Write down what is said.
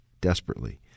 desperately